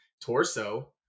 torso